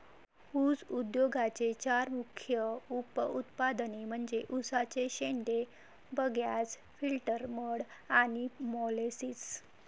ऊस उद्योगाचे चार मुख्य उप उत्पादने म्हणजे उसाचे शेंडे, बगॅस, फिल्टर मड आणि मोलॅसिस